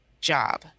job